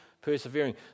persevering